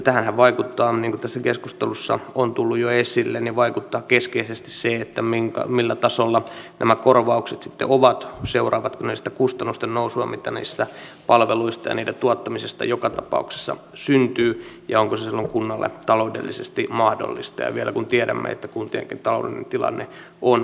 tähänhän vaikuttaa niin kuin tässä keskustelussa on tullut jo esille keskeisesti se millä tasolla nämä korvaukset sitten ovat ja seuraavatko ne sitä kustannusten nousua mitä niistä palveluista ja niiden tuottamisesta joka tapauksessa syntyy ja onko se silloin kunnalle taloudellisesti mahdollista vielä kun tiedämme että kuntienkin taloudellinen tilanne on heikonlainen